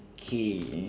K